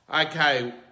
Okay